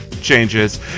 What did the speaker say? changes